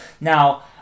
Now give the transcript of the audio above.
Now